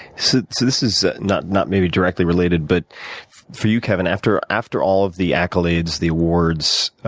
so this is not not maybe directly related but for you, kevin, after after all of the accolades, the awards,